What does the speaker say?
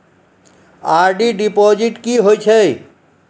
RD deposit की होय छै?